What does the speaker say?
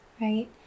Right